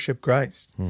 Christ